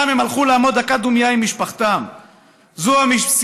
לזכרם הם הלכו לעמוד דקה דומייה עם משפחתם.